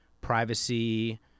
privacy